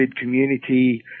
community